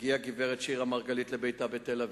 הגיעה הגברת שירה מרגלית לביתה בתל-אביב.